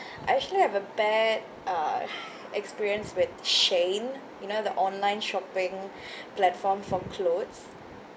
I actually have a bad uh experience with shein you know the online shopping platform for clothes